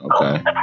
okay